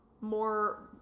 more